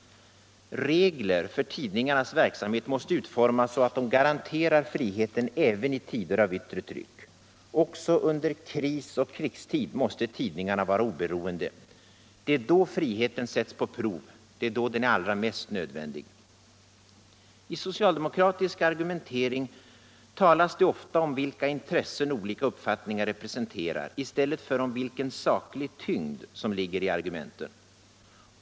Regler för tidningarnas verksamhet måste utformas så att de garanterar friheten även i tider av yttre tryck. Också under krisoch krigstid måste tidningarna vara oberoende. Det är då friheten sätts på prov. Det är då den är allra mest nödvändig. I socialdemokratisk argumentering talas det ofta om vilka intressen olika uppfattningar representerar — i stället för om vilken saklig tyngd som ligger i argumenten.